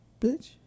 Bitch